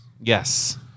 Yes